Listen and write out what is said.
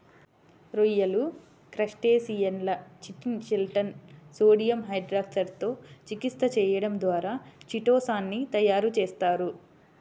రొయ్యలు, క్రస్టేసియన్ల చిటిన్ షెల్లను సోడియం హైడ్రాక్సైడ్ తో చికిత్స చేయడం ద్వారా చిటో సాన్ ని తయారు చేస్తారు